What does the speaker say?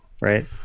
right